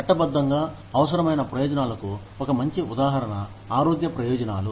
చట్టబద్ధంగా అవసరమైన ప్రయోజనాలకు ఒక మంచి ఉదాహరణ ఆరోగ్య ప్రయోజనాలు